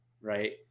right